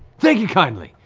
thank you kindly.